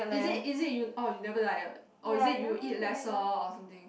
is it is it you oh you never diet or is it you eat lesser or something